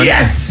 Yes